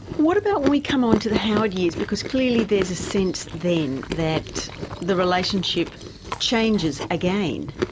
what about when we come on to the howard years, because clearly there's a sense then that the relationship changes again.